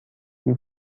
هیچ